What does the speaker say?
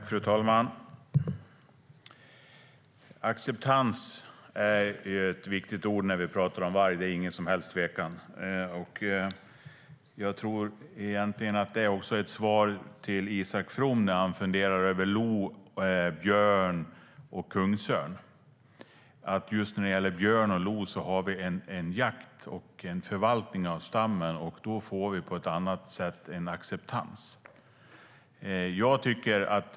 Fru talman! Acceptans är ett viktigt ord när vi talar om varg. Det råder ingen tvekan om det. Det är nog också ett svar till Isak From när han funderar över lo, björn och kungsörn. När det gäller björn och lo har vi både jakt och förvaltning av stammen, och då får vi på ett annat sätt en acceptans.